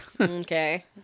Okay